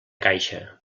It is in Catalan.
caixa